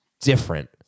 different